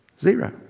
Zero